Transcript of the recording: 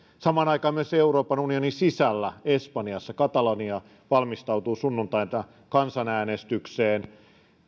samaan aikaan myös euroopan unionin sisällä espanjassa katalonia valmistautuu sunnuntaina kansanäänestykseen